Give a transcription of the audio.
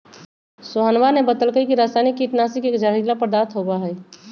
सोहनवा ने बतल कई की रसायनिक कीटनाशी एक जहरीला पदार्थ होबा हई